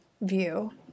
view